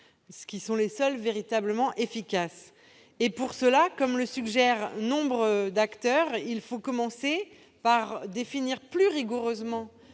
qui soient véritablement efficaces. Pour cela, comme le suggèrent de nombreux acteurs, il faut commencer par définir plus rigoureusement